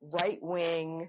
right-wing